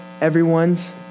everyone's